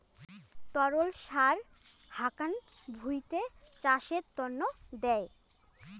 তরল সার হাকান ভুঁইতে চাষের তন্ন দেয়